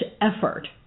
effort